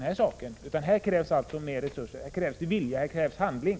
Här krävs mera resurser, vilja och handling.